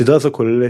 סדרה זו כוללת